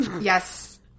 Yes